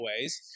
ways